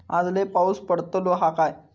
आज लय पाऊस पडतलो हा काय?